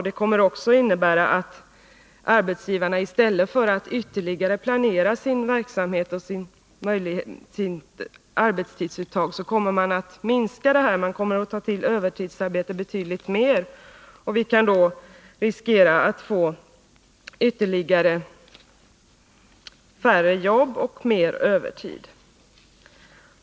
Det kommer också att innebära att arbetsgivarna i stället för att bättre planera sin verksamhet kommer att i ökad utsträckning tillgripa övertidsarbete. Vi kan då riskera att få ännu färre jobb och mer övertid.